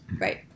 Right